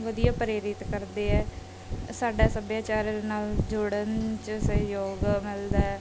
ਵਧੀਆ ਪ੍ਰੇਰਿਤ ਕਰਦੇ ਹੈ ਸਾਡਾ ਸੱਭਿਆਚਾਰ ਨਾਲ ਜੋੜਨ 'ਚ ਸਹਿਯੋਗ ਮਿਲਦਾ